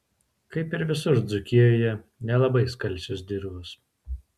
kaip ir visur dzūkijoje nelabai skalsios dirvos